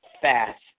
fast